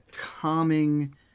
calming